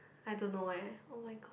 I don't know eh oh-my-god